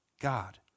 God